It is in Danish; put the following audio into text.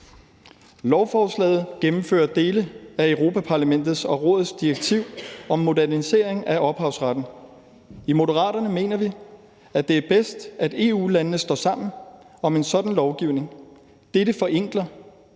Lovforslaget gennemfører dele af Europa-Parlamentets og Rådets direktiv om modernisering af ophavsretten. I Moderaterne mener vi, at det er bedst, at EU-landene står sammen om en sådan lovgivning. Dette forenkler